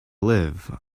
live